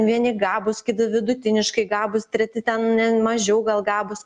vieni gabūs kiti vidutiniškai gabūs treti ten mažiau gal gabūs